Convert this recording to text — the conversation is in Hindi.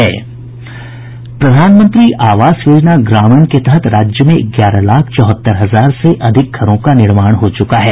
प्रधानमंत्री आवास योजना ग्रामीण के तहत राज्य में ग्यारह लाख चौहत्तर हजार से अधिक घरों का निर्माण हो चुका है